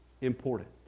important